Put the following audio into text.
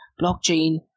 blockchain